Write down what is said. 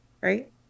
right